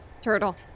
Turtle